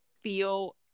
feel